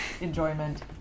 enjoyment